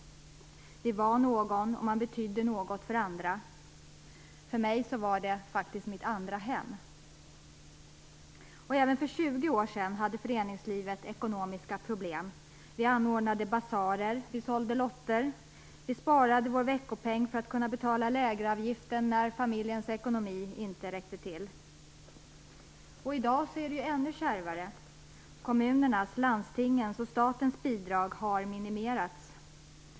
Man var någon och man betydde något för andra. För mig var detta mitt andra hem. Även för 20 år sedan hade föreningslivet ekonomiska problem. Vi anordnade basarer, sålde lotter och sparade vår veckopeng för att kunna betala lägeravgiften när familjens ekonomi inte räckte till. I dag är det ännu kärvare. Kommunernas, landstingens och statens bidrag har minimerats.